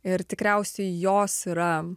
ir tikriausiai jos yra